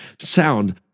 sound